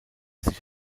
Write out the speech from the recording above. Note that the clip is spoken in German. sich